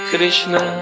Krishna